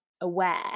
aware